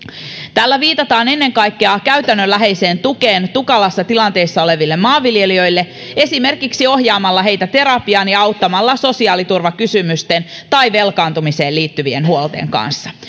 tällä viitataan ennen kaikkea käytännönläheiseen tukeen tukalassa tilanteessa oleville maanviljelijöille esimerkiksi ohjaamalla heitä terapiaan ja auttamalla sosiaaliturvakysymysten tai velkaantumiseen liittyvien huolten kanssa